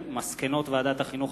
מסקנות ועדת החינוך,